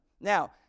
Now